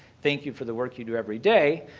thank you for the work you do every day.